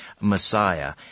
Messiah